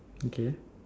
okay